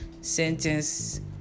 sentence